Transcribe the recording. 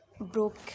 broke